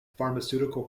pharmaceutical